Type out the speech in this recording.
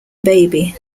baby